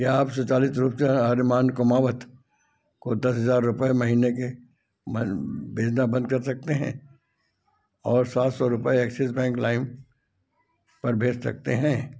क्या आप स्वचालित रूप से आर्यमान कुमावत को दस हज़ार रूपये महीने के मन भेजना बंद कर सकते हैं और सात सौ रूपये एक्सिज़ बैंक लाइम पर भेज सकते हैं